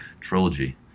Trilogy